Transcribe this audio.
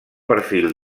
perfil